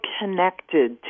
connected